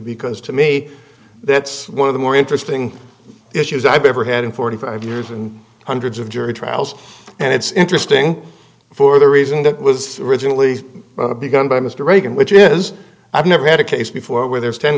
because to me that's one of the more interesting issues i've ever had in forty five years and hundreds of jury trials and it's interesting for the reason that was originally begun by mr reagan which is i've never had a case before where there's ten